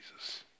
Jesus